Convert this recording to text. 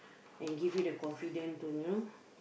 and give you the confident to you know